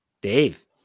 Dave